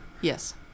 Yes